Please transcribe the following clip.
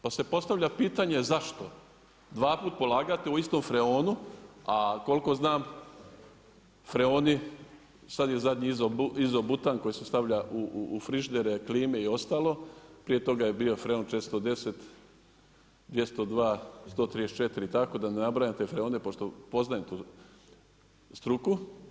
Pa se postavlja pitanje, zašto dva puta polagati o istom freonu, a koliko znam freoni, sada je zadnji izo-butan koji se stavlja u frižidere, klime i ostalo, prije toga je bio freon 410-202-134 i tako da ne nabrajam te freone pošto poznajem tu struku.